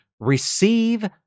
Receive